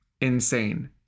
insane